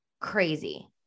crazy